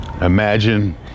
Imagine